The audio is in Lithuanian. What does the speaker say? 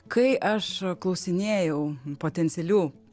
kai aš klausinėjau potencialių